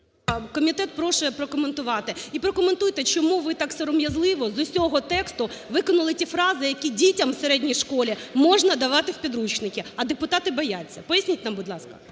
Комітет прошу прокоментувати. І прокоментуйте, чому ви так сором'язливо з усього тексту викинули ті фрази, які дітям в середній школі можна давати в підручники, а депутати бояться, пояснять нам, будь ласка?